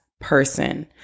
person